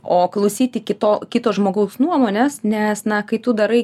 o klausyti kito kito žmogaus nuomonės nes na kai tu darai